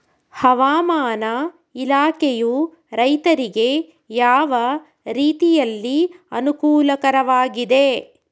ಹವಾಮಾನ ಇಲಾಖೆಯು ರೈತರಿಗೆ ಯಾವ ರೀತಿಯಲ್ಲಿ ಅನುಕೂಲಕರವಾಗಿದೆ?